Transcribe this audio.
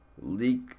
leak